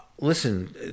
Listen